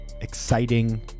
exciting